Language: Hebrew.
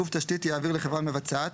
גוף תשתית יעביר לחברה מבצעת,